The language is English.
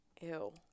Ew